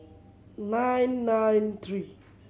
nine nine three